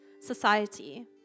society